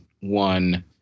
one